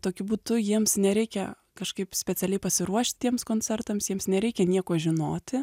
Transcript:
tokiu būdu jiems nereikia kažkaip specialiai pasiruošt tiems koncertams jiems nereikia nieko žinoti